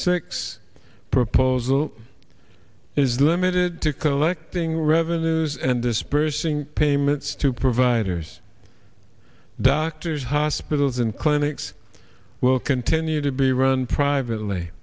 six proposal is limited to collecting revenues and dispersing payments to providers doctors hospitals and clinics will continue to be run privately